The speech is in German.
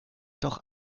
doch